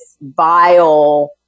vile